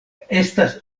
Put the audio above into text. estas